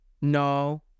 No